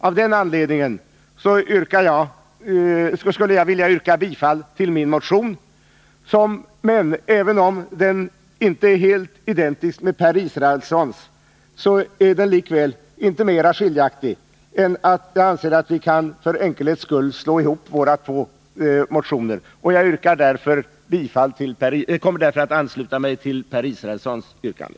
Av den anledningen skulle jag vilja yrka bifall till min motion, men även om den inte är helt identisk med den som Per Israelsson har talat för är den likväl inte mera skiljaktig än att jag anser att vi för enkelhetens skull kan slå ihop våra två motioner. Jag kommer därför att ansluta mig till Per Israelssons yrkande.